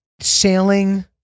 sailing